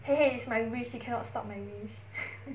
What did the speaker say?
!hey! it's my wish you cannot stop my wish